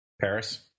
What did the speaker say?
Paris